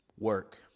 work